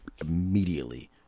immediately